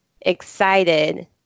excited